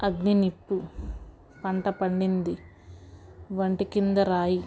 అగ్గినిప్పు పంట పండింది వంటికింద రాయి